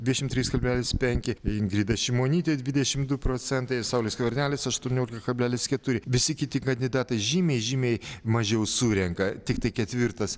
dvidešimt trys kablelis penki ingrida šimonytė dvidešim du procentai saulius skvernelis aštuoniolika kablelis keturi visi kiti kandidatai žymiai žymiai mažiau surenka tiktai ketvirtas